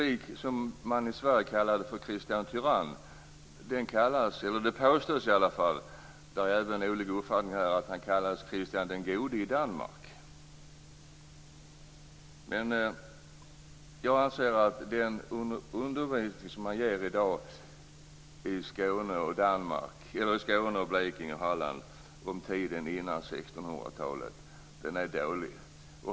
I Sverige kallade man honom för Kristian Tyrann. Det påstås - det råder litet olika uppfattningar här - att han i Danmark kallades för Kristian den gode. Jag anser att den undervisning som man ger i dag i Skåne, Blekinge och Halland om tiden före 1600-talet är dålig.